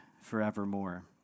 forevermore